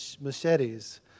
Machetes